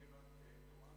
אני רק תורן.